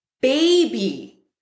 Baby